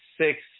six